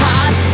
Hot